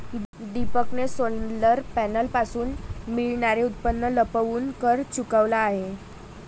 दीपकने सोलर पॅनलपासून मिळणारे उत्पन्न लपवून कर चुकवला आहे